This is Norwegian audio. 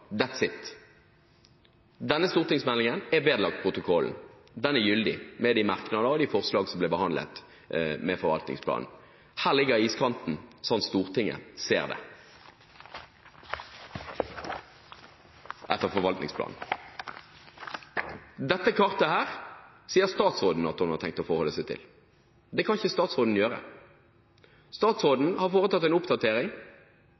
it! Denne stortingsmeldingen er vedlagt protokollen. Den er gyldig, med de merknader og forslag som ble behandlet med forvaltningsplanen. Her ligger iskanten, slik Stortinget ser det, etter forvaltningsplanen. Dette kartet sier statsråden at hun har tenkt å forholde seg til. Det kan ikke statsråden gjøre. Statsråden har foretatt en oppdatering,